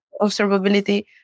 observability